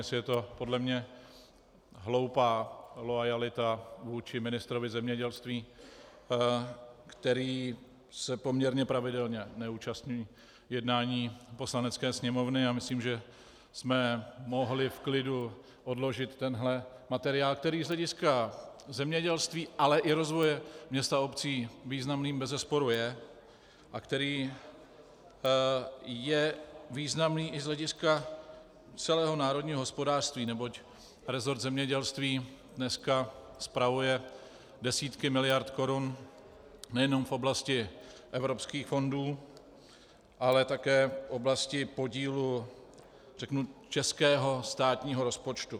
Jestli je to podle mě hloupá loajalita vůči ministrovi zemědělství, který se poměrně pravidelně neúčastní jednání Poslanecké sněmovny, a myslím, že jsme mohli v klidu odložit tento materiál, který z hlediska zemědělství, ale i rozvoje měst a obcí významným bezesporu je a který je významný i z hlediska celého národního hospodářství, neboť resort zemědělství dneska spravuje desítky miliard korun nejenom v oblasti evropských fondů, ale také v oblasti podílu českého státního rozpočtu.